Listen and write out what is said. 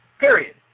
Period